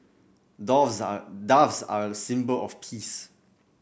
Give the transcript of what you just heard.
are doves are a symbol of peace